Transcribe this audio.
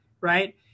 Right